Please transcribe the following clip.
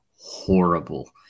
horrible